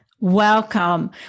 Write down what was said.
Welcome